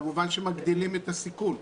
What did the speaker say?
כמובן שמגדילים את הסיכון.